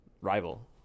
rival